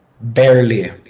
Barely